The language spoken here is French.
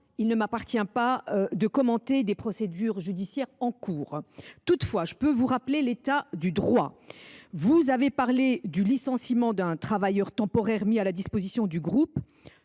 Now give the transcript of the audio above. il ne m’appartient pas de commenter des procédures judiciaires en cours. Toutefois, je peux vous rappeler l’état du droit. Vous avez évoqué le licenciement d’un travailleur temporaire mis à la disposition du groupe.